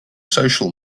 social